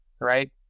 right